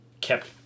kept